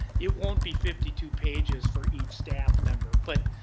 it won't be fifty two pages for each staff member. but,